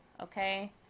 okay